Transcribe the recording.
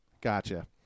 Gotcha